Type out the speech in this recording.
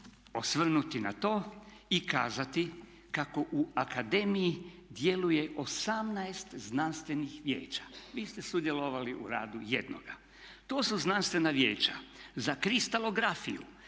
osvrnuti na to i kazati kako u Akademiji djeluje 18 znanstvenih vijeća. Vi ste sudjelovali u radu jednoga. To su znanstvena vijeća: za kristalografiju,